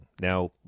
Now